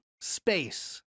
space